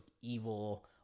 evil